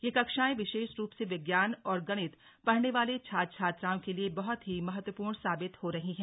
ये कक्षाएं विशेष रूप से विज्ञान और गणित पढ़ने वाले छात्र छात्राओं के लिए बहुत ही महत्वपूर्ण साबित हो रही हैं